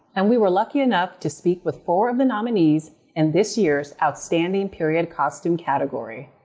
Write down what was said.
and we were lucky enough to speak with four of the nominees in this year's outstanding period costume category.